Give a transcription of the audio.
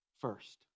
first